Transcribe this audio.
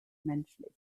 menschlich